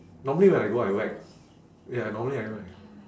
normally when I go I whack ya normally I whack